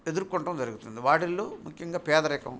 ఎదురుకోవడం జరుగుతుంది వాటిల్లో ముఖ్యంగా పేదరికం